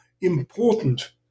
important